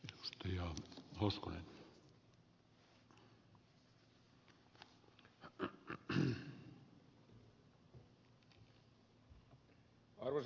arvoisa herra puhemies